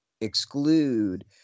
exclude